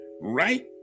right